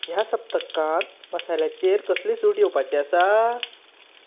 ह्या सप्तकांत मसाल्याचेर कसली सूट येवपाची आसा